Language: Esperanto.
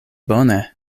bone